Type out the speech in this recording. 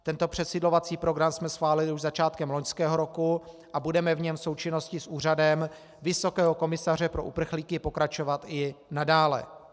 Tento přesídlovací program jsme schválili už začátkem loňského roku a budeme v něm v součinnosti s Úřadem vysokého komisaře pro uprchlíky pokračovat i nadále.